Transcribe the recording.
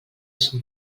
son